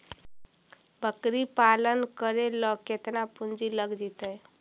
बकरी पालन करे ल केतना पुंजी लग जितै?